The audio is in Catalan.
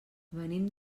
venim